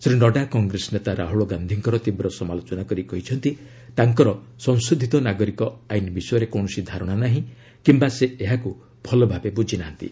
Shri Nadda Congress ନେତା ରାହୁଲ ଗାନ୍ଧିଙ୍କର ତୀବ୍ର ସମାଲୋଚନା କରି କହିଛନ୍ତି ତାଙ୍କର ସଂଶୋଧିତ ନାଗରିକ ଆଇନ୍ ବିଷୟରେ କୌଣସି ଧାରଣା ନାହିଁ କିମ୍ବା ସେ ଏହାକୁ ଭଲଭାବେ ବୁଝି ନାହାନ୍ତି